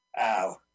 Ow